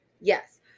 yes